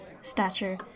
stature